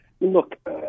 Look